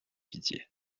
pitié